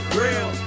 real